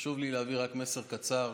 חשוב לי להעביר רק מסר קצר,